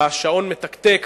והשעון מתקתק,